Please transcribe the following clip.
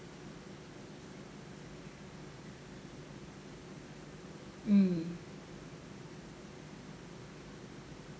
mm